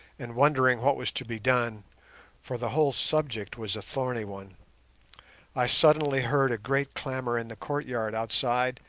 and wondering what was to be done for the whole subject was a thorny one i suddenly heard a great clamour in the courtyard outside,